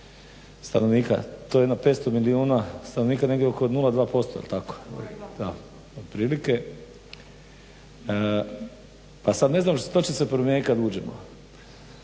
stanovnika to je jedno 500 milijuna stanovnika negdje oko 0,2% jel' tako otprilike. Pa sad ne znam što će se promijeniti kad uđemo?